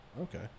Okay